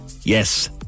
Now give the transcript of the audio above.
Yes